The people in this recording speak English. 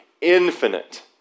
infinite